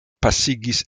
pasigis